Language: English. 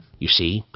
you see,